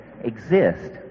exist